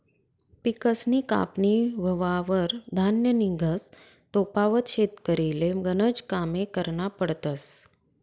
पिकसनी कापनी व्हवावर धान्य निंघस तोपावत शेतकरीले गनज कामे करना पडतस